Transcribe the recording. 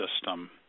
system